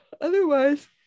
otherwise